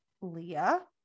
Leah